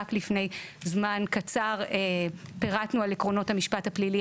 רק לפני זמן קצר פרטנו על עקרונות המשפט הפלילי